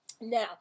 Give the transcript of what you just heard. Now